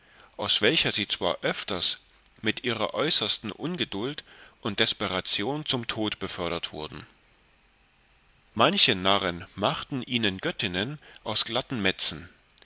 aus welcher sie zwar öfters mit ihrer äußersten ungedult und desperation zum tod befördert wurden manche narren machten ihnen göttinnen aus glatten metzen